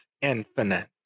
infinite